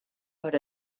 per